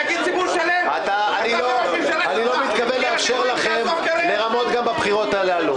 --- אני לא מתכוון לאפשר לכם לרמות גם בבחירות הללו.